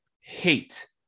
hate